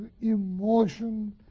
emotion